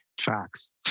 Facts